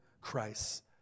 Christ